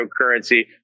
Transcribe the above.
cryptocurrency